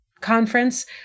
conference